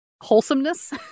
Wholesomeness